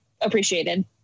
appreciated